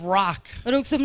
rock